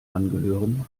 angehören